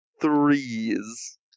Threes